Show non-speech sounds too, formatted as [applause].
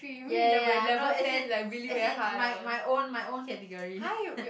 ya ya ya no as in as in my my own my own category [laughs]